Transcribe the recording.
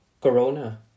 Corona